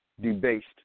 debased